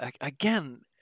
again